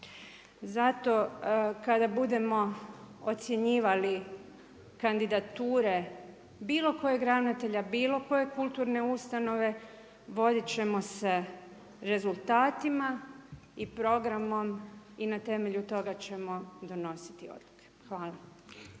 Zato, kada budemo ocjenjivali kandidature bilo kojeg ravnatelja, bilo koje kulturne ustanove, voditi ćemo se rezultatima i programom i na temlju toga ćemo donositi odluke. Hvala.